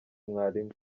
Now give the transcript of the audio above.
mwalimu